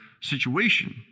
situation